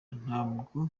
ntabwo